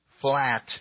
flat